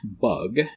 bug